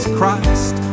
Christ